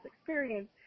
experience